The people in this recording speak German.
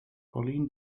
pauline